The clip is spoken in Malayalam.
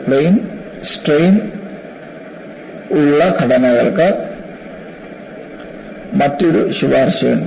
പ്ലെയിൻ സ്ട്രെയിൻ ഉള്ള ഘടനകൾക്ക് നമുക്ക് മറ്റൊരു ശുപാർശയുണ്ട്